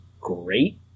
great